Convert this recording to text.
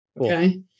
Okay